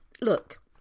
look